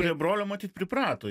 prie brolio matyt priprato